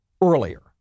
earlier